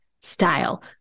style